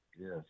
Yes